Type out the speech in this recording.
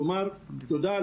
נעשה שינוי משמעותי ביותר,